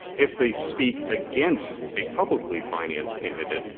if they speak against a publicly financed candidate,